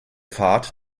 fahrt